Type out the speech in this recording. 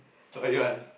what you want